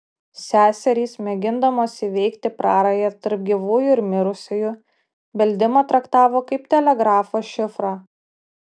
seserys mėgindamos įveikti prarają tarp gyvųjų ir mirusiųjų beldimą traktavo kaip telegrafo šifrą